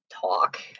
Talk